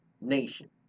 nation